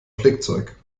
flickzeug